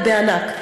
ובענק,